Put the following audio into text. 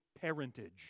parentage